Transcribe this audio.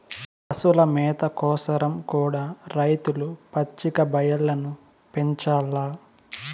పశుల మేత కోసరం కూడా రైతులు పచ్చిక బయల్లను పెంచాల్ల